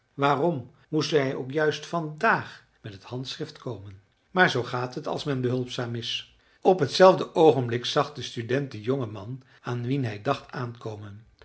waarom moest hij ook juist vandaag met het handschrift komen maar zoo gaat het als men behulpzaam is op hetzelfde oogenblik zag de student den jongen man aan wien hij dacht aankomen